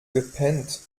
gepennt